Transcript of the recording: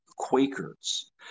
Quakers